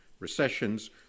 recessions